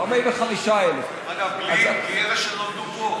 45,000. אגב, בלי אלה שנולדו פה.